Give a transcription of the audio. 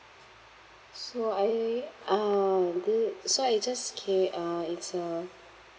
so I um the so I just K uh it's uh